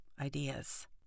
ideas